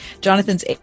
Jonathan's